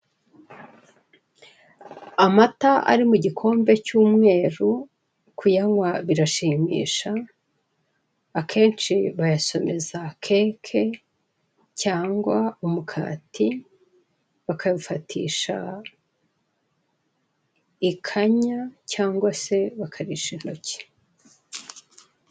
Amata ari mu gikombe cy'umweru, kuyanywa birashimisha akenshi bayasomeza keke cyangwa umukati, bakuwufatisha ikanya, cyangwa se bakarisha intoki.